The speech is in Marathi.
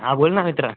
हां बोल ना मित्रा